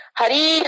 Hari